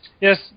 Yes